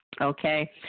Okay